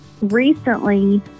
recently